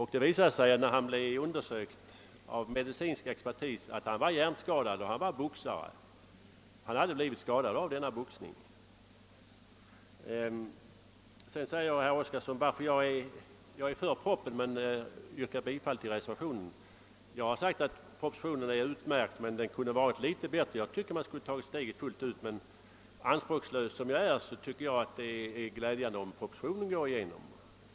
Han var boxare. När han undersöktes av medicinsk expertis visade det sig att han var hjärnskadad. Det hade han blivit av boxningen. Herr Oskarson sade vidare att jag är för propositionen men yrkar bifall till reservationen. Ja, jag har sagt att propositionen är utmärkt men kunde ha varit ännu bättre. Man skulle ha tagit steget fullt ut. Men anspråkslös som jag är tycker jag det är glädjande om propositionen bifalles.